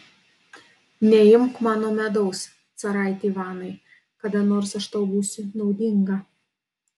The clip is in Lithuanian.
neimk mano medaus caraiti ivanai kada nors aš tau būsiu naudinga